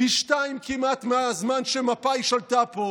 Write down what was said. פי שניים כמעט מהזמן שמפא"י שלטה פה,